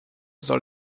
soll